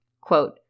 Quote